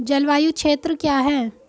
जलवायु क्षेत्र क्या है?